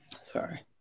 sorry